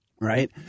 right